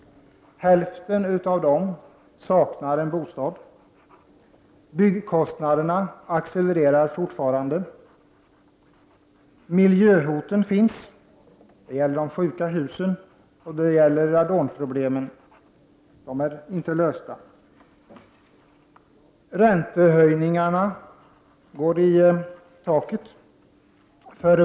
Hälften av dem saknar en bostad. Byggkostnaderna accelererar fortfarande. Det finns miljöhot. Det gäller problemen med sjuka hus och radon, som inte är lösta. Räntehöjningarna går i taket.